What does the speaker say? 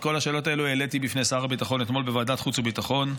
את כל השאלות האלו העליתי בפני שר הביטחון אתמול בוועדת החוץ והביטחון,